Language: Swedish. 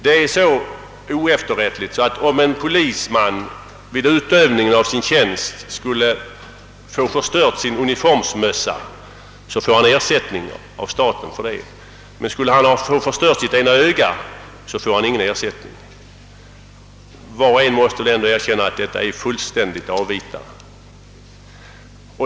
Det är så oefterrättligt, att om en polisman vid utövningen av sin tjänst får sin uniformsmössa förstörd, så får han ersättning härför av staten. Men skulle han få sitt ena öga förstört, så får han ingen ersättning. Var och en måste väl ändå erkänna att detta är fullständigt avvita.